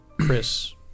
Chris